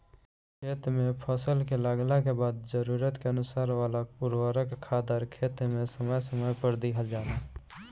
खेत में फसल के लागला के बाद जरूरत के अनुसार वाला उर्वरक खादर खेत में समय समय पर दिहल जाला